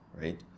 right